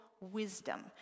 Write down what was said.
wisdom